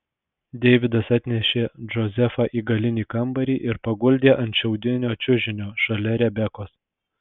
deividas atnešė džozefą į galinį kambarį ir paguldė ant šiaudinio čiužinio šalia rebekos